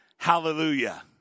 Hallelujah